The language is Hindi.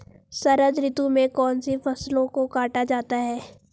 शरद ऋतु में कौन सी फसलों को काटा जाता है?